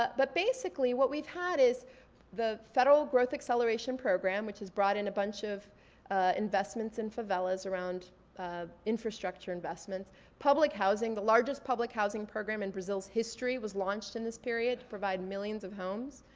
but but basically, what we've had is the federal growth acceleration program which has brought in a bunch of investments in favelas around infrastructure investments. public housing, the largest public housing program in brazil's history was launched in this period to provide millions of homes.